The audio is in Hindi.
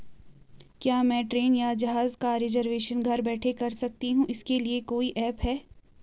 क्या मैं ट्रेन या जहाज़ का रिजर्वेशन घर बैठे कर सकती हूँ इसके लिए कोई ऐप है?